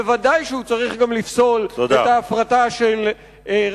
ודאי שהוא צריך לפסול גם את ההפרטה של רשת